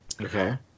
Okay